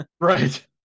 right